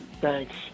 Thanks